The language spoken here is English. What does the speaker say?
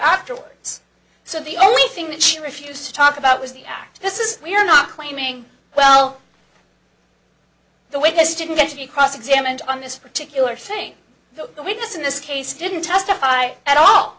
afterwards so the only thing that she refused to talk about was the fact this is we're not claiming well the witness didn't get to be cross examined on this particular thing but the witness in this case didn't testify at all